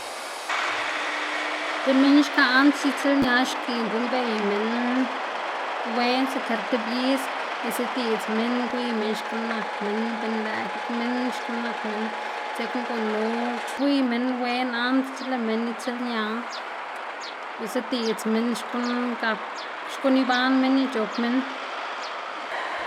ti minn xka ansc̲h̲e itsiꞌlña xkiꞌn guꞌnnbey minn wen siker tib is isediꞌdz minn, gwiy minn xkuꞌn nak minn be nlëꞌ gik minn xkuꞌn nak minn dzekna gunu gwiy minn wen antsc̲h̲e lëꞌ minn itsiꞌlña, isediꞌdz minn xkuꞌn gak, xkuꞌn iban minn ic̲h̲op minn.